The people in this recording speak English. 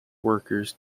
workers